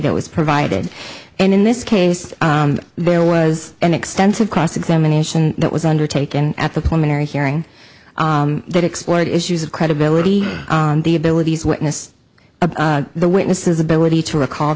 that was provided and in this case there was an extensive cross examination that was undertaken at the corner hearing that explored issues of credibility on the abilities witness of the witnesses ability to recall